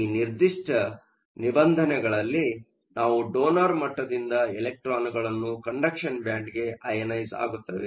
ಈ ನಿರ್ದಿಷ್ಟ ನಿಬಂಧನೆಗಳಲ್ಲಿ ನಾವು ಡೊನರ್ ಮಟ್ಟದಿಂದ ಎಲೆಕ್ಟ್ರಾನ್ಗಳನ್ನು ಕಂಡಕ್ಷನ್ ಬ್ಯಾಂಡ್ಗೆ ಅಯನೈಸ಼್ಆಗುತ್ತವೆ